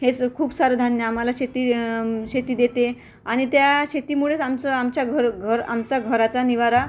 हे स खूप सारं धान्य आम्हाला शेती शेती देते आणि त्या शेतीमुळेच आमचं आमच्या घर घर आमचा घराचा निवारा